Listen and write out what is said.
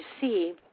see